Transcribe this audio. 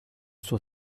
suo